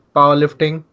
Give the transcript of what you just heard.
Powerlifting